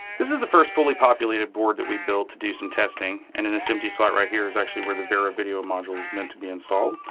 this is the first fully populated board that we built to do some testing and in this empty slot right here is actually where the vera video is meant to be installed.